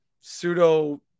pseudo